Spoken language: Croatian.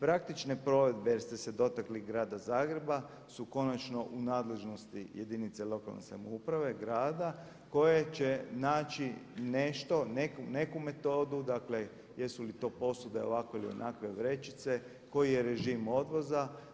Praktične provedbe jer ste se dotakli grada Zagreba su konačno u nadležnosti jedinice lokalne samouprave, grada koje će naći nešto, neku metodu, dakle jesu li to posude ovakve ili onakve vrećice, koji je režim odvoza.